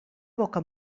boca